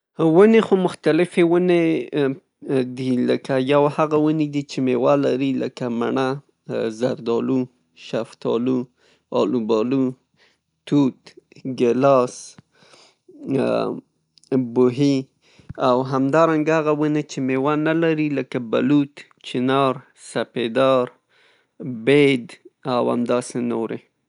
ونې خو مختلفې ونې دي لکه یو هغه ونې دي چي میوه لري لکه مڼه، زردالو، شفتالو، آلوبالو، توت، ګیلاس، بوهي او همدارنګه هغه ونې چې میوه نه لري لکه بلوط، چنار، سپیدار، بید او همداسې نورې.